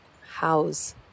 House